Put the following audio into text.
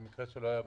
למקרה שלא היה ברור: